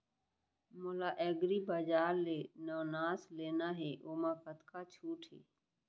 मोला एग्रीबजार ले नवनास लेना हे ओमा कतका छूट हे?